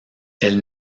elles